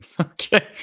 Okay